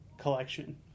collection